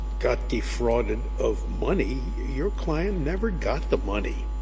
got defrauded of money. your client never got the money.